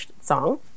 song